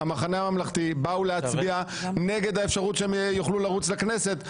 באה להצביע נגד האפשרות שהם יוכלו לרוץ לכנסת,